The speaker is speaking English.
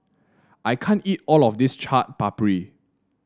I can't eat all of this Chaat Papri